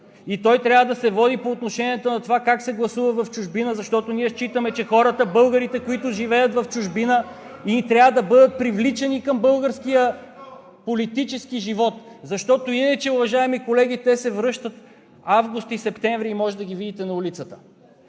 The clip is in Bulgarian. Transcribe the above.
и той трябва да се води по отношението на това как се гласува в чужбина, защото считаме, че българите, които живеят в чужбина, трябва да бъдат привличани към българския политически живот, защото иначе, уважаеми колеги, те се връщат през август и септември и може да ги видите на улицата.